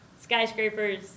skyscrapers